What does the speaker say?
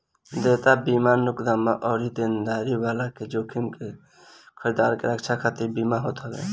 देयता बीमा मुकदमा अउरी देनदारी वाला के जोखिम से खरीदार के रक्षा खातिर बीमा होत हवे